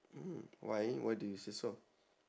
mm why why do you say so